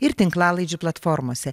ir tinklalaidžių platformose